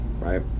right